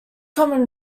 common